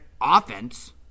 offense